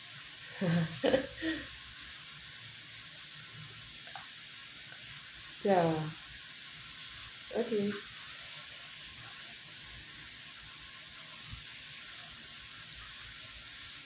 ya okay